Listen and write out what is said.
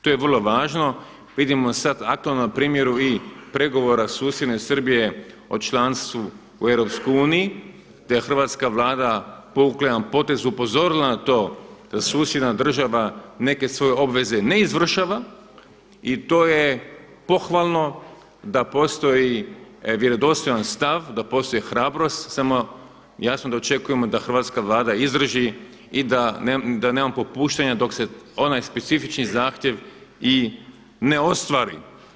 To je vrlo važno, vidimo sad aktualno na primjeru i pregovora susjedne Srbije o članstvu u Europskoj uniji gdje je hrvatska Vlada povukla jedan potez, upozorila na to da susjedna država neke svoje obveze ne izvršava, i to je pohvalno da postoji vjerodostojan stav, da postoji hrabrost, samo jasno da očekujemo da hrvatska Vlada izdrži i da nema popuštanja dok se onaj specifični zahtjev i ne ostvari.